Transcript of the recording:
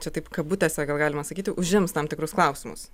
čia taip kabutėse galima sakyti užims tam tikrus klausimus